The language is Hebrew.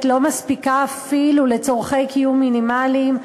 לא מספיקה אפילו לצורכי קיום מינימליים,